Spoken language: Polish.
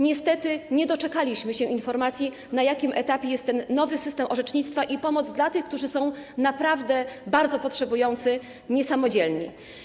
Niestety nie doczekaliśmy się informacji, na jakim etapie jest ten nowy system orzecznictwa i pomoc dla tych, którzy są naprawdę bardzo potrzebujący, niesamodzielni.